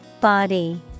Body